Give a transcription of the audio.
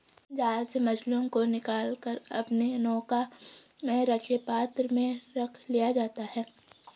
जाल से मछलियों को निकाल कर अपने नौका में रखे पात्र में रख लिया जाता है